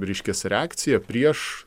reiškias reakciją prieš